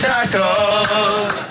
Tacos